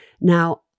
Now